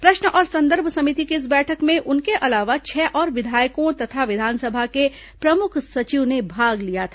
प्रश्न और संदर्भ समिति की इस बैठक में उनके अलावा छह और विधायकों तथा विधानसभा के प्रमुख सचिव ने भाग लिया था